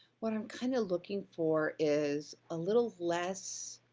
what i'm kinda looking for is a little less